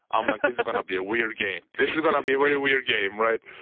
i'm like, this is going to be a weird game. this is going to be a very weird game, right?